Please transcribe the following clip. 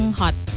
hot